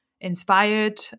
inspired